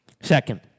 Second